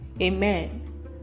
Amen